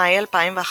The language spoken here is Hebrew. במאי 2011